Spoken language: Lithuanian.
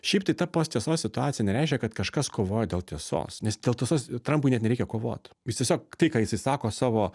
šiaip tai ta posttiesos situacija nereiškia kad kažkas kovoja dėl tiesos nes dėl tiesos trampui net nereikia kovot jis tiesiog tai ką jisai sako savo